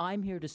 i'm here to